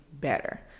better